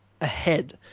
ahead